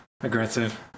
Aggressive